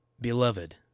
Beloved